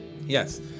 Yes